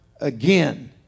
again